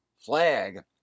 flag